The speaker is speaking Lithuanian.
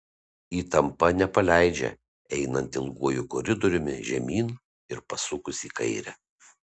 įtampa nepaleidžia einant ilguoju koridoriumi žemyn ir pasukus į kairę